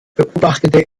beobachtete